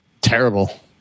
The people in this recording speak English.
Terrible